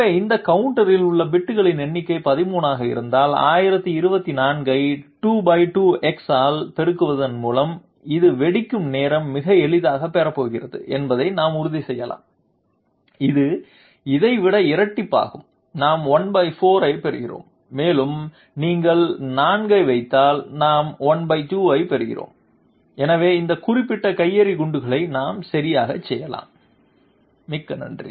எனவே இந்த கவுண்டரில் உள்ள பிட்களின் எண்ணிக்கை 13 ஆக இருந்தால் 1024 ஐ 22x ஆல் பெருக்குவதன் மூலம் இது வெடிக்கும் நேரங்களை மிக எளிதாகப் பெறப் போகிறது என்பதை நாம் உறுதிசெய்யலாம் இது இதைவிட இரட்டிப்பாகும் நாம் ¼ பெறப் போகிறோம் மேலும் நீங்கள் 4 ஐ வைத்தால் நாம் ½ ஐப் பெறப் போகிறோம் எனவே இந்த குறிப்பிட்ட கையெறி குண்டுகளை நாம் சரியாகச் செய்யலாம் மிக்க நன்றி